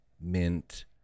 mint